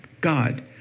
god